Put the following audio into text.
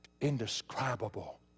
indescribable